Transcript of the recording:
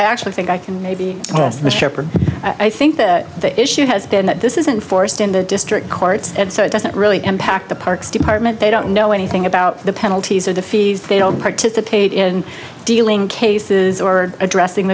i actually think i can maybe one of the sharper i think that the issue has been that this isn't forced in the district courts and so it doesn't really impact the parks department they don't know anything about the penalties or the fees they don't participate in dealing cases or addressing